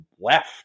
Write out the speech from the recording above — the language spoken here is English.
left